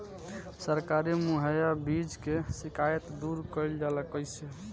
सरकारी मुहैया बीज के शिकायत दूर कईल जाला कईसे?